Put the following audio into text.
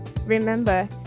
Remember